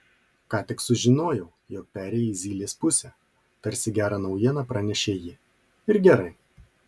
ką tik sužinojau jog perėjai į zylės pusę tarsi gerą naujieną pranešė ji ir gerai